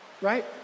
right